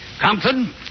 Compton